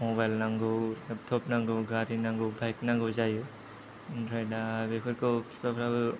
mobile नांगौ laptop नांगौ गारि नांगौ बाइक नांगौ जायो आमफ्राय दा बेफोरखौ फिफाफ्राबो